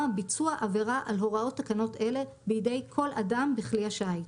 ביצוע עבירה על הוראות תקנות אלה בידי כל אדם בכלי השיט.